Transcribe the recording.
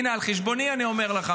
הינה, על חשבוני, אני אומר לך.